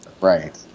right